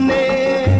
a a